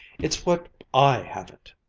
it's what i haven't!